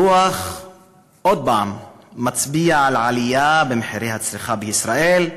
הדוח עוד פעם מצביע על עלייה במחירי מוצרי הצריכה בישראל,